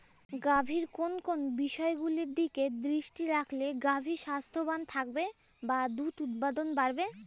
গাভীর কোন কোন বিষয়গুলোর দিকে দৃষ্টি রাখলে গাভী স্বাস্থ্যবান থাকবে বা দুধ উৎপাদন বাড়বে?